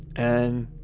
and,